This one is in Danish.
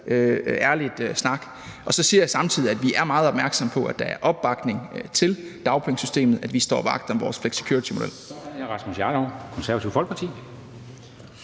ærlig snak. Og så siger jeg samtidig, at vi er meget opmærksomme på, at der er opbakning til dagpengesystemet, at vi står vagt om vores flexicuritymodel.